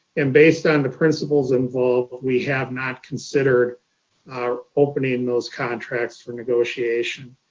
and based on the principles involved, we have not considered opening those contracts for negotiation.